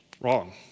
Wrong